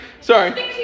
Sorry